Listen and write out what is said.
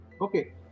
Okay